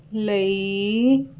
ਲਈ